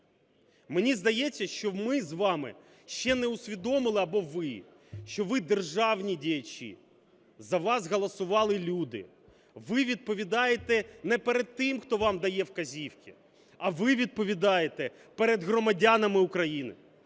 Мені здається, що ми з вами ще не усвідомили або ви, що ви державні діячі, за вас голосували люди, ви відповідаєте не перед тим, хто вам дає вказівки, а ви відповідаєте перед громадянами України,